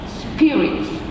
spirits